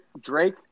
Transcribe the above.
Drake